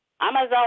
Amazon